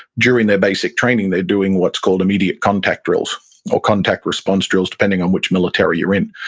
during their basic training they're doing what's called immediate contact drills or contact response drills, depending on which military you're in.